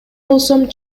болсом